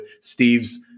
Steve's